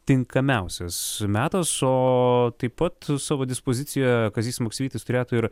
tinkamiausias metas o taip pat savo dispozicijoje kazys maksvytis turėtų ir